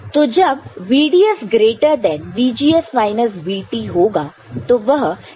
तो जब VDS greater than VGS minus VTहोगा तो वह सैचुरेशन रीज़न होगा